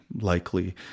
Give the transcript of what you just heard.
likely